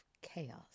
chaos